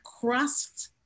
crust